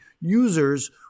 users